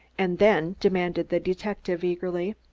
and then? demanded the detective eagerly.